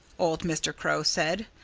old mr. crow said.